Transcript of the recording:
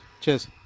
Cheers